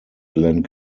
glen